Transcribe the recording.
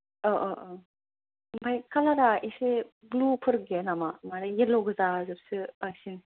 औ औ ओमफ्राय कालारा इसे ब्लु फोर गैया नामा माने येल्ल' गोजा जोबसो बांसिन